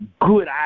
good